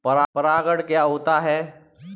परागण क्या होता है?